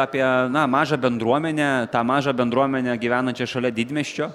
apie na mažą bendruomenę tą mažą bendruomenę gyvenančią šalia didmiesčio